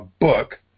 book